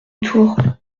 tour